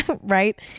right